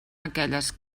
aquelles